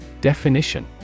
Definition